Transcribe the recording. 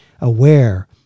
aware